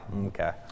okay